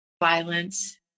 violence